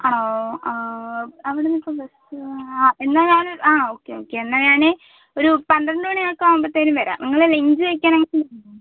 ആണോ അവിടുന്നിപ്പം ബസ്സ് എന്നാൽ ഞാൻ ആ ഓക്കെ ഓക്കെ എന്നാൽ ഞാൻ ഒരു പന്ത്രണ്ട് മണി ഒക്കെ ആവുമ്പത്തേനും വരാം നിങ്ങൾ ലഞ്ച് കഴിക്കാൻ